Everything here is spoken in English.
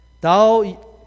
Thou